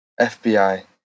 FBI